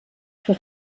für